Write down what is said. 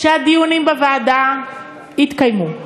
שהדיונים בוועדה יתקיימו,